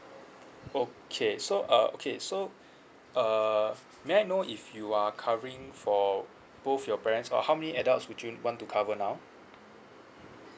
okay so uh okay so uh may I know if you are covering for both your parents or how many adults would you want to cover now